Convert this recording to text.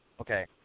Okay